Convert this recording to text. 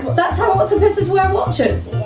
that's um octopuses wear watches!